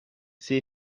see